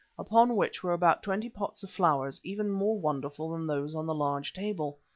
upon which were about twenty pots of flowers, even more wonderful than those on the large table.